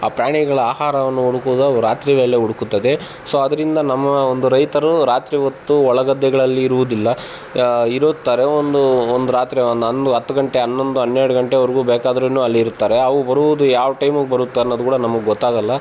ಆ ಪ್ರಾಣಿಗಳ ಆಹಾರವನ್ನು ಹುಡುಕುದು ಅವು ರಾತ್ರಿ ವೇಳೆ ಹುಡುಕುತ್ತದೆ ಸೊ ಅದರಿಂದ ನಮ್ಮ ಒಂದು ರೈತರು ರಾತ್ರಿ ಹೊತ್ತು ಹೊಲಗದ್ದೆಗಳಲ್ಲಿರುವುದಿಲ್ಲ ಇರುತ್ತಾರೆ ಒಂದು ಒಂದು ರಾತ್ರಿ ಒಂದು ಅಂದು ಹತ್ತು ಗಂಟೆ ಹನ್ನೊಂದು ಹನ್ನೆರಡು ಗಂಟೆವರೆಗೂ ಬೇಕಾದ್ರೂ ಅಲ್ಲಿ ಇರ್ತಾರೆ ಅವು ಬರುವುದು ಯಾವ ಟೈಮಿಗೆ ಬರುತ್ತೆ ಅನ್ನೋದು ಕೂಡ ನಮಗ್ ಗೊತ್ತಾಗೋಲ್ಲ